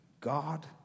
God